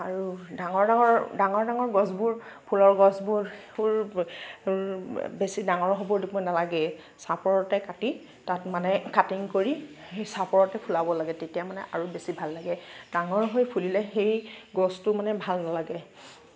আৰু ডাঙৰ ডাঙৰ ডাঙৰ ডাঙৰ গছবোৰ ফুলৰ গছবোৰ ফুল বেছি ডাঙৰ হ'ব দিব নালাগে চাপৰতে কাটি তাত মানে কাটিং কৰি হিচাপত ফুলাব লাগে তেতিয়া মানে আৰু বেছি ভাল লাগে ডাঙৰ হৈ ফুলিলে সেই গছটো মানে ভাল নালাগে